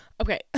okay